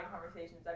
conversations